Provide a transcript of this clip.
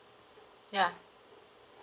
ya